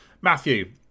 Matthew